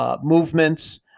movements